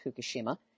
Fukushima